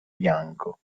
bianco